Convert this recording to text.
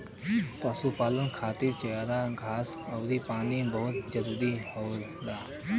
पशुपालन खातिर चारा घास आउर पानी बहुत जरूरी होला